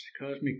cosmic